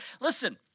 Listen